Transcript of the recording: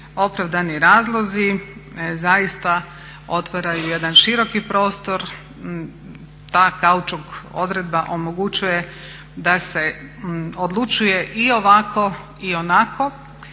opravdani razlozi zaista otvaraju jedan široki prostor. Ta kaučuk odredba omogućuje da se odlučuje i ovako i onako.